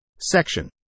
Section